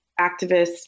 activists